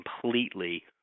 completely